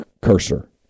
cursor